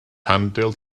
handelt